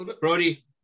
Brody